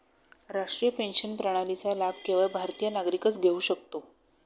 राष्ट्रीय पेन्शन प्रणालीचा लाभ केवळ भारतीय नागरिकच घेऊ शकतो